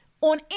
on